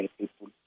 people